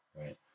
right